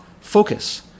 focus